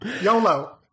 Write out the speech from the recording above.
YOLO